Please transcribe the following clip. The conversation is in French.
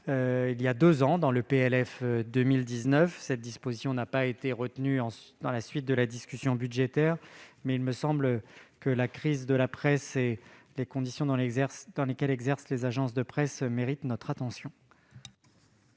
il y a deux ans, lors de l'examen du PLF pour 2019. Cette disposition n'a pas été retenue dans la suite de la discussion budgétaire, mais il me semble que la crise de la presse et les conditions dans lesquelles exercent les agences de presse méritent toute notre attention